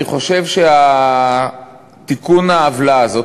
אני חושב שתיקון העוולה הזאת,